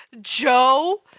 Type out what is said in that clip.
joe